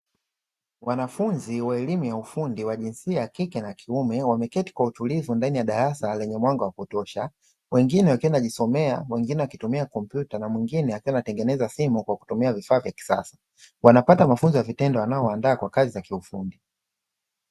Wanafunzi wa elimu ya ufundi wa jinsia ya kike na kiume wameketi kwa utulivu ndani ya darasa lenye mwanga wa kutosha, wengine wakiwa wanajisomea wengine wakitumia kompyuta na mwingine akiwa anatengeneza simu kwa kutumia vifaa vya kisasa, wanapata mafunzo ya vitendo yanayowaandaa kwa kazi za kiufundi.